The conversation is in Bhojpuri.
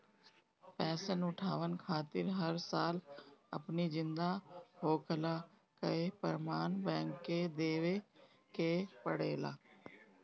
पेंशन उठावे खातिर हर साल अपनी जिंदा होखला कअ प्रमाण बैंक के देवे के पड़ेला